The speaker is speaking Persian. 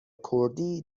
کردی